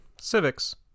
civics